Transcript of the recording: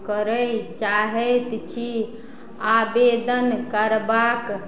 करय चाहैत छी आवेदन करबाक